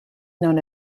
known